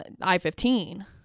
I-15